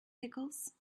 pickles